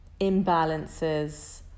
imbalances